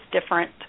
different